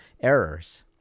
errors